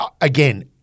Again